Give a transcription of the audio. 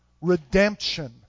Redemption